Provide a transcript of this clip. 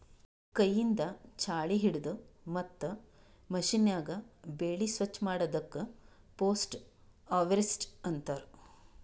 ಕೈಯಿಂದ್ ಛಾಳಿ ಹಿಡದು ಮತ್ತ್ ಮಷೀನ್ಯಾಗ ಬೆಳಿ ಸ್ವಚ್ ಮಾಡದಕ್ ಪೋಸ್ಟ್ ಹಾರ್ವೆಸ್ಟ್ ಅಂತಾರ್